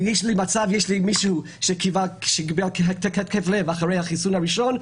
יש לי מישהו שקיבל התקף לב אחרי החיסון הראשון,